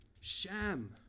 sham